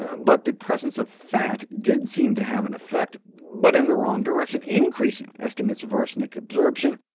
but the presence of fat did seem to have an effect, but in the wrong direction, increasing estimates of arsenic absorption,